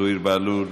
זוהיר בהלול,